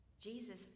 Jesus